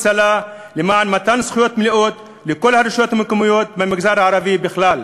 לה למען מתן זכויות מלאות לכל הרשויות המקומיות במגזר הערבי בכלל.